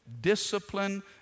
discipline